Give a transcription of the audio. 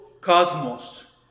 cosmos